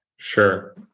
Sure